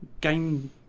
game